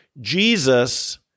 Jesus